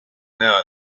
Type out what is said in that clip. now